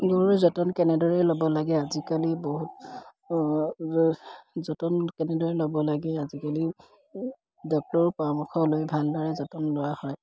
গৰুৰ যতন কেনেদৰেই ল'ব লাগে আজিকালি বহুত যতন কেনেদৰে ল'ব লাগে আজিকালি ডক্তৰৰ পৰামৰ্শ লৈ ভালদৰে যতন লোৱা হয়